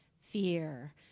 fear